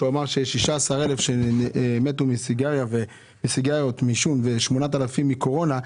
אמרת שיש 16 אלף שמתו מעישון סיגריות ו-8,000 מקורונה.